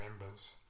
members